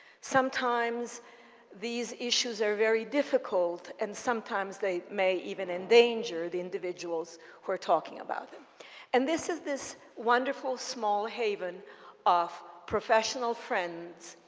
sometimes these issues are very difficult and sometimes they may even endanger the individuals we're talking about. and this is this wonderful small haven of professional friends,